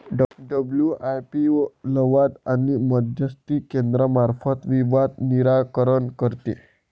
WIPO लवाद आणि मध्यस्थी केंद्रामार्फत विवाद निराकरण करते